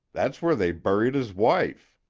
that's where they buried his wife.